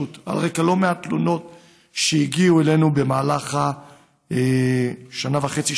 על רקע לא מעט תלונות שהגיעו אלינו במהלך השנה וחצי,